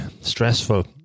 stressful